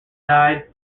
died